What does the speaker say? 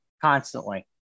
constantly